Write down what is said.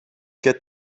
get